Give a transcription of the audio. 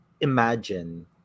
imagine